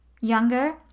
younger